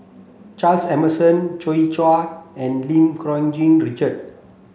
Charles Emmerson Joi Chua and Lim Cherng Yih Richard